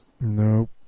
Nope